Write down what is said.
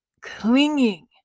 clinging